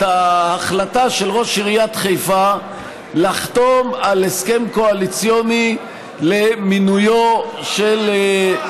את ההחלטה של ראש עיריית חיפה לחתום על הסכם קואליציוני למינויו של,